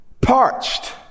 parched